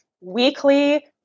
weekly